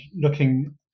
looking